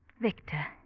Victor